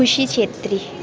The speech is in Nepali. खुसी छेत्री